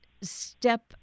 step